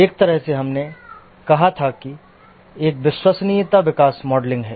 एक तरह से हमने कहा था कि एक विश्वसनीयता विकास मॉडलिंग है